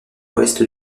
l’ouest